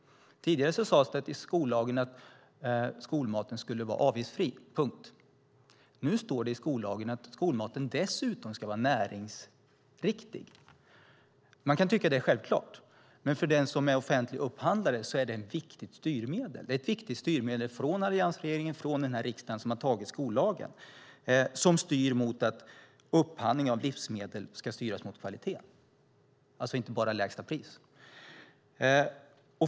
Tidigare sades det i skollagen att skolmaten skulle vara avgiftsfri - punkt. Nu står det i skollagen att skolmaten dessutom ska vara näringsriktig. Man kan tycka att det är självklart. Men för den som är offentlig upphandlare är det ett viktigt styrmedel. Det är ett viktigt styrmedel från alliansregeringen och från den här riksdagen som har antagit skollagen, som anger att upphandling av livsmedel ska styras mot kvalitet och alltså inte bara mot lägsta pris.